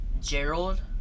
Gerald